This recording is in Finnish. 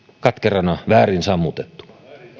katkerana väärin sammutettu